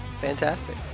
fantastic